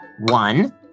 one